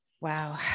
wow